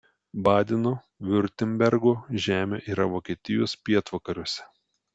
badeno viurtembergo žemė yra vokietijos pietvakariuose